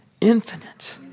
infinite